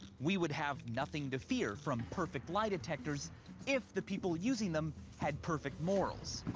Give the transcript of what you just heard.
we would have nothing to fear from perfect lie detectors if the people using them had perfect morals.